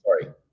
Sorry